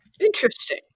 Interesting